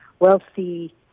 wealthy